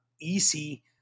easy